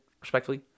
respectfully